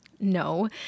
No